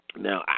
Now